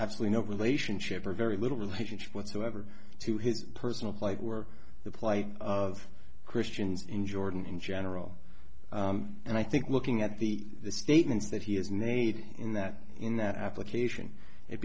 actually no relationship or very little relationship whatsoever to his personal plight were the plight of christians in jordan in general and i think looking at the statements that he has need in that in that application it